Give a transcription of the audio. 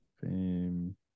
Fame